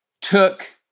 took